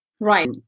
Right